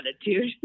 attitude